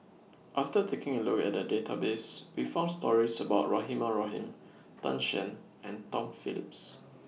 after taking A Look At The Database We found stories about Rahimah Rahim Tan Shen and Tom Phillips